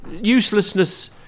uselessness